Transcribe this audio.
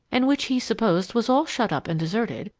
and which he supposed was all shut up and deserted,